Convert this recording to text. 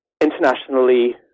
internationally